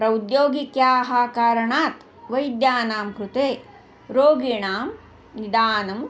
प्रौद्योगिक्याः कारणात् वैद्यानां कृते रोगीणां निदानं